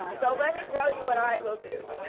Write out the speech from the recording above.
well, so let me tell you what i will do.